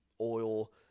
oil